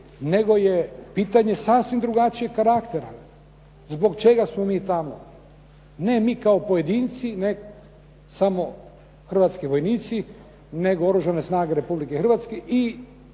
nego je pitanje sasvim drugačijeg karaktera zbog čega smo mi tamo. Ne mi kao pojedinci, ne samo hrvatski vojnici, nego Oružane snage Republike Hrvatske i